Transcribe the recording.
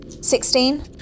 Sixteen